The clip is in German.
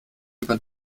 über